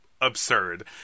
absurd